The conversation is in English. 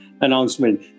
announcement